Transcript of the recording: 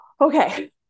okay